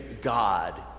God